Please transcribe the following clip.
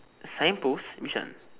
sign post which one